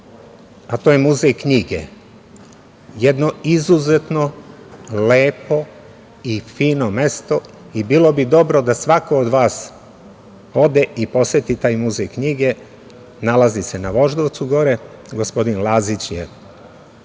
a to je Muzej knjige, jedno izuzetno lepo i fino mesto. Bilo bi dobro da svako od vas ode i poseti taj muzej knjige, nalazi se na Voždovcu. Gospodin Lazić je